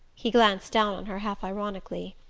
he glanced down on her half ironically.